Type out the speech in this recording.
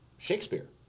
Shakespeare